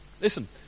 Listen